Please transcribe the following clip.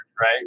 right